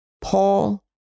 Paul